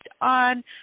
on